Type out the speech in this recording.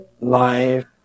life